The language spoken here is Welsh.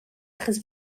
achos